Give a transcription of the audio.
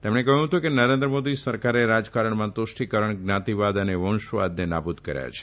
તેમણે કહયું હતું કે નરેન્દ્ર મોદી સરકારે રાજકારણમાં તૃષ્ટીકરણ જ્ઞાતીવાદ અને વંશવાદને નાબુદ કર્યા છે